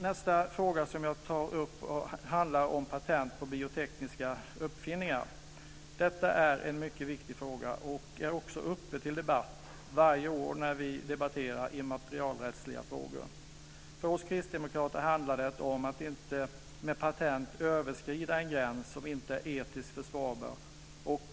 Nästa fråga som jag tar upp handlar om patent på biotekniska uppfinningar. Detta är en mycket viktig fråga. Den är också uppe till debatt varje år när vi debatterar immaterialrättsliga frågor. För oss kristdemokrater handlar det om att inte med patent överskrida en gräns som inte är etiskt försvarbar